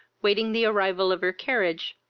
waiting the arrival of her carriage,